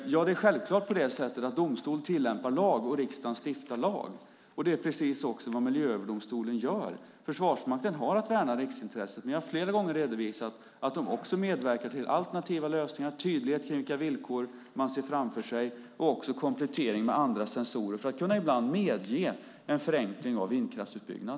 Det är självklart på det sättet att domstol tillämpar lag och riksdagen stiftar lag. Det är precis också vad Miljööverdomstolen gör. Försvarsmakten har att värna riksintresset. Vi har flera gånger redovisat att de också medverkar till alternativa lösningar, tydlighet kring vilka villkor man ser framför sig och också komplettering med andra sensorer för att ibland kunna medge en förenkling av vindkraftsutbyggnad.